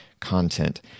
content